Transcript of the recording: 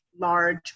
large